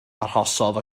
arhosodd